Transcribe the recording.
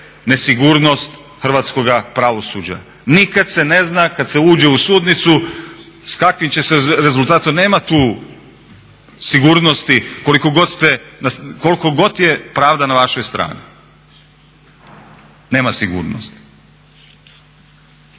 nesigurnost hrvatskoga pravosuđa. Nikad se zna kada se uđe u sudnicu s kakvim će se rezultatom, nema tu sigurnosti koliko god je pravda na vašoj strani, nema sigurnosti.